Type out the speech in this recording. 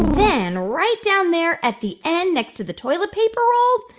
then, right down there at the end, next to the toilet paper roll,